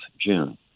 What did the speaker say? June